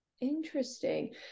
Interesting